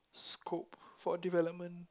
scope for development